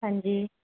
ਹਾਂਜੀ